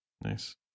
Nice